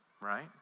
right